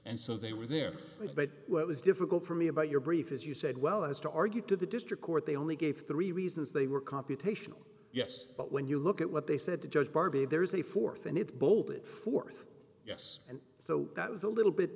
and so they were there but it was difficult for me about your brief as you said well as to argue to the district court they only gave three reasons they were computational yes but when you look at what they said to judge barbie there is a th and it's bolted th yes and so that was a little bit